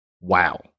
Wow